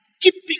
keeping